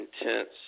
intense